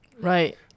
Right